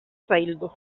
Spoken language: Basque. zaildu